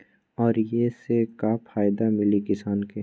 और ये से का फायदा मिली किसान के?